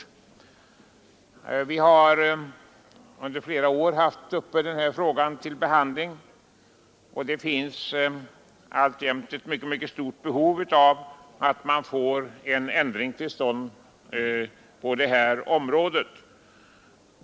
Denna fråga har under flera år varit uppe till behandling, och det finns alltjämt ett mycket stort behov av ändring på detta område.